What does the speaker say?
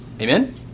Amen